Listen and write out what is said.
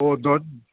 ও